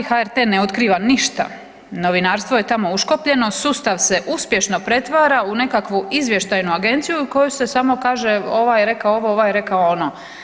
HRT ne otkriva ništa, novinarstvo je tamo uškopljeno, sustav se uspješno pretvara u nekakvu izvještaju agenciju u kojoj se samo kaže ovaj je rekao ovo, ovaj je rekao ono.